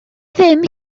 ddim